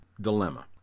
dilemma